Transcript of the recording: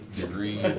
degree